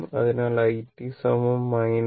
അതിനാൽ i 1